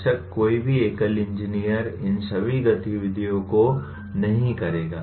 बेशक कोई भी एकल इंजीनियर इन सभी गतिविधियों को नहीं करेगा